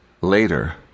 later